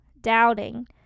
doubting